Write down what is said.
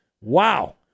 wow